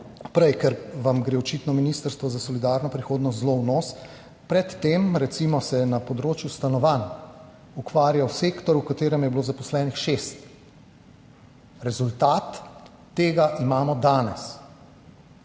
prej, ker vam gre očitno Ministrstvo za solidarno prihodnost zelo v nos. Pred tem recimo se je na področju stanovanj ukvarjal sektor, v katerem je bilo zaposlenih šest. Rezultat tega imamo danes